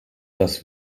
das